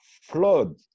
flood